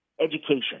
education